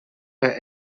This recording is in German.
bei